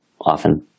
often